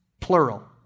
Plural